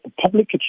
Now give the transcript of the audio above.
public